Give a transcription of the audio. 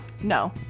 No